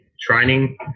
training